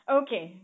okay